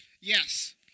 Yes